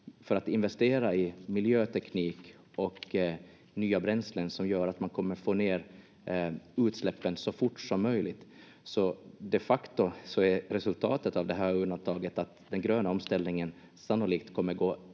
investera i miljöteknik och nya bränslen som gör att man kommer få ner utsläppen så fort som möjligt. Så de facto är resultatet av det här undantaget att den gröna omställningen sannolikt kommer gå